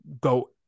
go